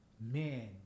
man